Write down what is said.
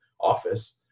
office